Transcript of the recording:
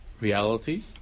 reality